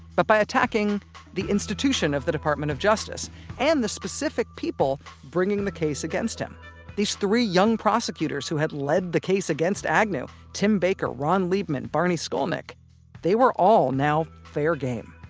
but by attacking the institution of the department of justice and the specific people bringing the case against him these three young prosecutors who had led the case against agnew tim baker, ron liebman, barney skolnik they were all now fair game.